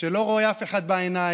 שלא רואה אף אחד בעיניים,